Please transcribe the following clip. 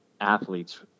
athletes